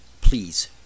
please